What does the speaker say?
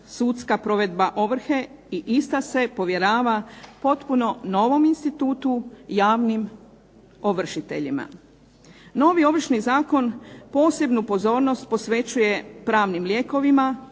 sudska provedba ovrhe i ista se povjerava potpuno novom institutu javnim ovršiteljima. Novi Ovršni zakon posebnu pozornost posvećuje pravnim lijekovima,